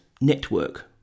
network